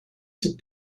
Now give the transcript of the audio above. sit